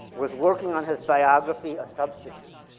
was working on his biography a substitute?